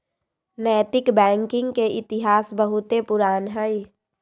नैतिक बैंकिंग के इतिहास बहुते पुरान हइ